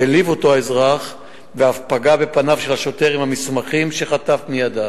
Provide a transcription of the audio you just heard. העליב אותו האזרח ואף פגע בפניו של השוטר במסמכים שחטף מידיו.